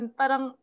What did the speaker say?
parang